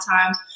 times